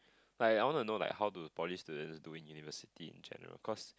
like I want to know like how do poly students do in university in general cause